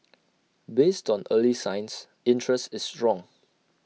based on early signs interest is strong